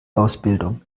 ausbildung